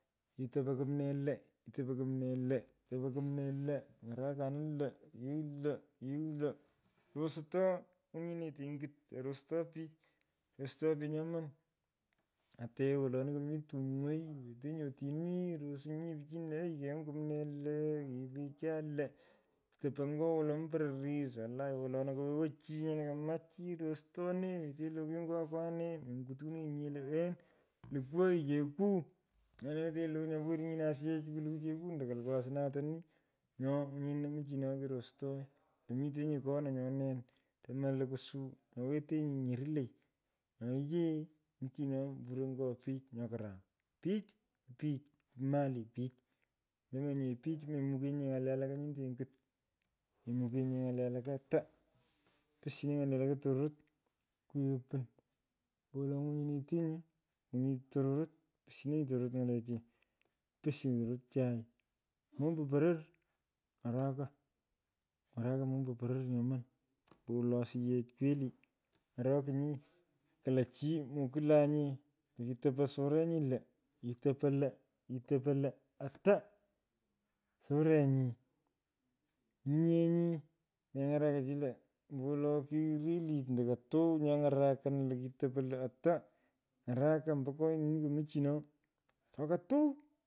Kitopo kumne lo. kitopo kumnee lo. topo kumnee lo. ng’arakanin lo. kigh lo, kigh lo; rostoi nywinyinete ongit. rosto pich; rosto pich nyoman. Ata yee woloni komi tumwonni mitenyi notini. rosinyini pichini lo ai. kenywun. kumnee lo. kepecha lo. topo ngo wolo mi pororis. lanyinye wolona ko wewo cho kamaa chi rostonenyi telokanyi ny’o awane. mengutonenyinye lo. wen lokwu oyu cheku nyana nyopo weninyeni asiyech kulukuu cheku ando kalukwu asnatanini. Nyo ngwinyini muchini kerostoy lo mitenyi kona nyo nen. tomulukwu suu. nyoweteny nyorloi. Nyo yee muchino mburonyi nye pich nyo karam. Pich ko pich ku mali pich ndomonye pich memukenyinye ng’ate walaka nyite ongit memukenyinye ng’ale alaka ata. Pushini ny’ale alaka tororot kwigh opin ombowolo ngwinyineteny ngwinyi tororot. pushinonyi tororot ng’alechi. Pusyinyi cho chang. Mombo poror. ny’araka. ng’araka mombo poror nyoman. ombowolo asiyech kweli. ny’orokinyi. Kolo chi mokwulanye lo kitopo sura nyilo. kitopo lo. kitopo lo. ata surenyi nyile nyi. ng’arak chi lo ombowolo kirelit ando kotuw nyo ang’arakan ando kitopo lo. ata ng’araka ombo konyi chino komichino toka tuwe.